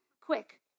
Quick